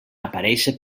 aparéixer